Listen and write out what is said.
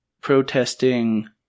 protesting